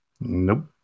Nope